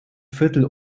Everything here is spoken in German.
viertel